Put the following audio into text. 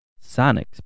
Sonic